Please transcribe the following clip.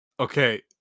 Okay